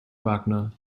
wagner